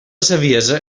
saviesa